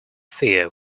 fear